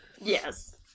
Yes